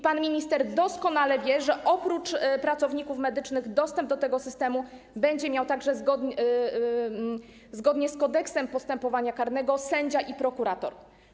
Pan minister doskonale wie, że oprócz pracowników medycznych dostęp do tego systemu będą mieli także, zgodnie z Kodeksem postępowania karnego, sędzia i prokurator.